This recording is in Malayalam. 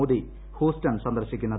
മോദി ഹൂസ്റ്റൺ സന്ദർശിക്കുന്നത്